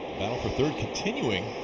battle for third continuing.